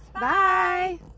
Bye